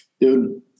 dude